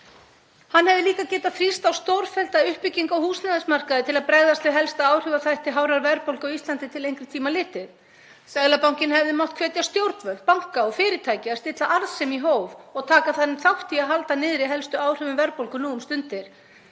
Hann hefði líka getað þrýst á stórfellda uppbyggingu á húsnæðismarkaði til að bregðast við helsta áhrifaþætti hárrar verðbólgu á Íslandi til lengri tíma litið. Seðlabankinn hefði mátt hvetja stjórnvöld, banka og fyrirtæki til að stilla arðsemi í hóf og taka þannig þátt í að halda niðri helstu áhrifum verðbólgu nú um stundir,